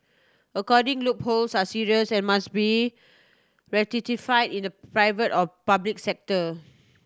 accounting loopholes are serious and must be rectify in the private or public sector